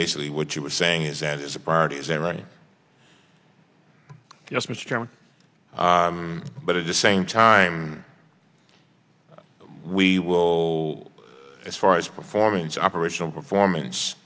basically what you were saying is that it's a priority is that right yes mr chairman but it's the same time we will as far as performance operational performance